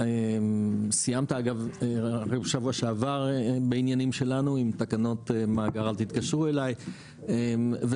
סיימת שבוע שעבר את העניינים שלנו עם תקנות מאגר אל תתקשרו אליי וחבל.